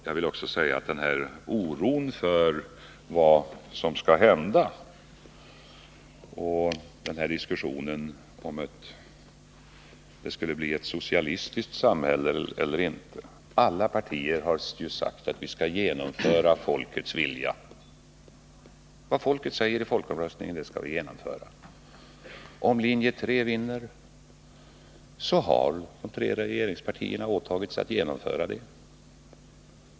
Jag vill också säga att den här oron för vad som skall hända och diskussionen om att det skulle kunna bli ett socialistiskt samhälle i Sverige är obefogad. Alla partier har sagt sig vilja genomföra folkets vilja. Vad folket säger i folkomröstningen skall vi genomföra. De tre regeringspartierna har åtagit sig att, om linje 3 vinner, genomföra det programmet.